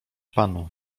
panu